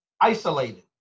isolated